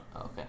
Okay